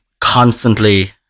constantly